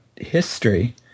history